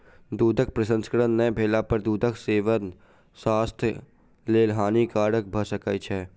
दूधक प्रसंस्करण नै भेला पर दूधक सेवन स्वास्थ्यक लेल हानिकारक भ सकै छै